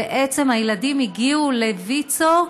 הילדים הגיעו לוויצ"ו,